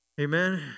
Amen